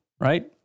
right